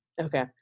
okay